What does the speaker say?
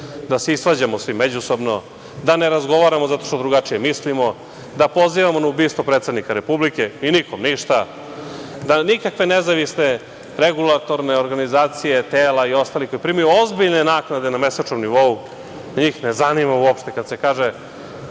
da se isvađamo svi međusobno, da ne razgovaramo što drugačije mislimo, da pozivamo na ubistvo predsednika Republike i nikom ništa, da nikakve nezavisne regulatorne organizacije, tela i ostali, koji primaju ozbiljne naknade na mesečnom nivou, njih ne zanima u opšte kada se kaže,